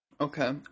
Okay